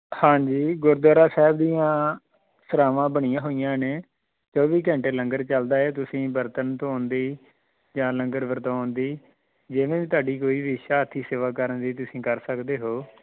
ਹਾਂਜੀ ਗੁਰਦੁਆਰਾ ਸਾਹਿਬ ਦੀਆਂ ਸਰਾਂਵਾਂ ਬਣੀਆਂ ਹੋਈਆਂ ਨੇ ਚੌਵੀ ਘੰਟੇ ਲੰਗਰ ਚੱਲਦਾ ਹੈ ਤੁਸੀਂ ਬਰਤਨ ਧੌਣ ਦੀ ਜਾਂ ਲੰਗਰ ਵਰਤਾਉਣ ਦੀ ਜਿਵੇਂ ਵੀ ਤੁਹਾਡੀ ਕੋਈ ਵੀ ਇੱਛਾ ਹੱਥੀਂ ਸੇਵਾ ਕਰਨ ਦੀ ਤੁਸੀਂ ਕਰ ਸਕਦੇ ਹੋ